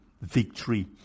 victory